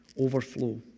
overflow